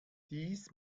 dies